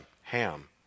Ham